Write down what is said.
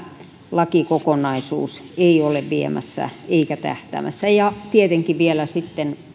lakikokonaisuus ei ole viemässä eikä tähtäämässä ja tietenkin vielä sitten